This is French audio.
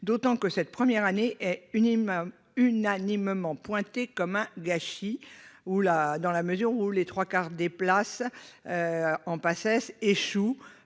d'autant que cette première année est unanimement pointée comme un gâchis, dans la mesure où les trois quarts des 60 000 inscrits en PACES échouent